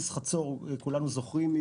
כולנו זוכרים את